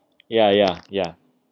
ya ya ya